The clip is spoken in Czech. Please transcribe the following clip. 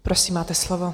Prosím, máte slovo.